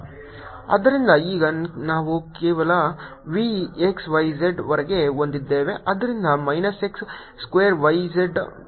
Vxyz x2yzfyz ∂V∂y x2z ∂f∂y x2z ∂f∂y0f≡f ಆದ್ದರಿಂದ ಈಗ ನಾವು ಕೇವಲ V x y z ವರೆಗೆ ಹೊಂದಿದ್ದೇವೆ ಆದ್ದರಿಂದ minus x square y z plus z ನ ಕಾರ್ಯಕ್ಕೆ ಸಮನಾಗಿರಬೇಕು